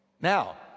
Now